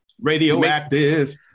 radioactive